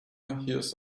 hears